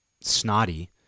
snotty